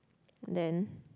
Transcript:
then